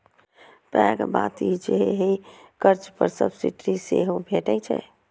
पैघ बात ई जे एहि कर्ज पर सब्सिडी सेहो भैटै छै